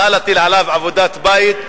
נא להטיל עליו עבודת בית,